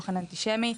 תוכן אנטישמי,